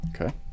Okay